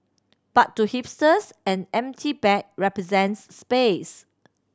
but to hipsters an empty bag represents space